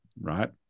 right